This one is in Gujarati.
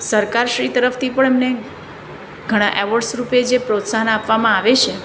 સરકારશ્રી તરફથી પણ એમને ઘણા એવોર્ડસ રૂપે જે પ્રોત્સાહન આપવામાં આવે છે